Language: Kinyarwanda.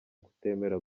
kutemera